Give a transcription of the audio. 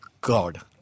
God